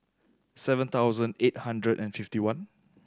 seven thousand eight hundred and fifty one